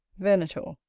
venator.